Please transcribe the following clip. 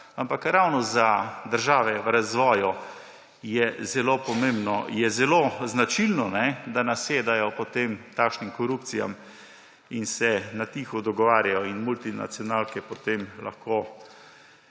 Ampak ravno za države v razvoju je zelo značilno, da nasedajo takšnim korupcijam in se na tiho dogovarjajo in multinacionalke potem lahko